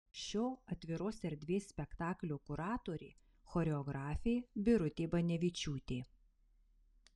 šio atviros erdvės spektaklio kuratorė choreografė birutė banevičiūtė